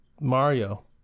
Mario